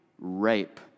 rape